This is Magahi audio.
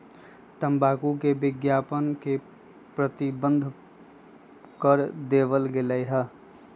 तंबाकू के विज्ञापन के प्रतिबंध कर देवल गयले है